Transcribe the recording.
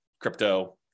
crypto